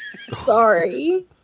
Sorry